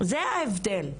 זה ההבדל.